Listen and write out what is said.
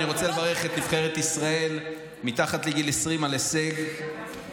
אני רוצה לברך את נבחרת ישראל מתחת לגיל 20 על הישג מדהים.